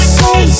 say